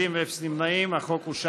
של הפרלמנט הרומני שנמצאים ביציע,